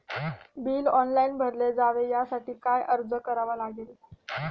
Bill online भरले जावे यासाठी काय अर्ज करावा लागेल?